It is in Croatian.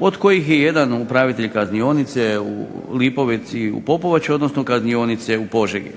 od kojih je jedan upravitelj kaznionice u Lipovici, u Popovači odnosno kaznionice u Požegi.